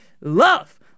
love